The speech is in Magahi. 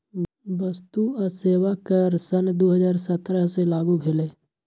वस्तु आ सेवा कर सन दू हज़ार सत्रह से लागू भेलई